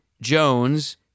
Jones